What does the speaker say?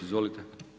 Izvolite.